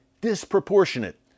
Disproportionate